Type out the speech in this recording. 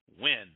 win